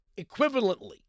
equivalently